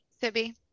Sibby